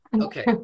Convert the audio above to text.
okay